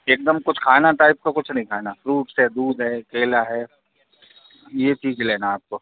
एकदम कुछ खाना टाइप का कुछ नहीं खाना फ्रूटस है दूध है केला यह चीज़ लेना आपको